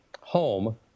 home